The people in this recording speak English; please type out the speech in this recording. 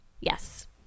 yes